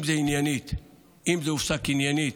אם זה הופסק עניינית,